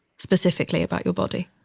specifically about your body?